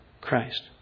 Christ